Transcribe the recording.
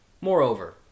Moreover